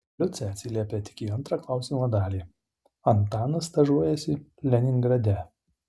liucė atsiliepė tik į antrąją klausimo dalį antanas stažuojasi leningrade